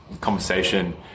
conversation